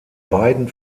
beiden